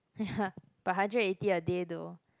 uh hah but hundred and eighty a day though